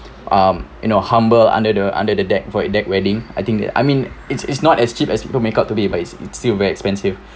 um in our humble under the under the deck for it deck wedding I think the I mean it's it's not as cheap as people make out today but it's it's still very expensive